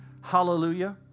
Hallelujah